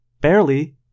Barely